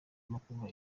makuba